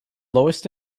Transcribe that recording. lowest